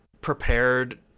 prepared